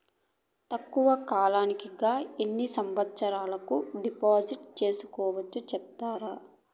తక్కువ కాలానికి గా ఎన్ని సంవత్సరాల కు డిపాజిట్లు సేసుకోవచ్చు సెప్తారా